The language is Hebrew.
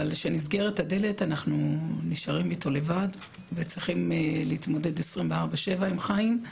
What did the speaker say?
אבל כשנסגרת הדלת אנחנו נשארים איתו לבד וצריכים להתמודד 24/7 עם חיים.